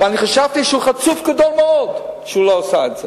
ואני חשבתי שהוא חצוף גדול מאוד שהוא לא עשה את זה.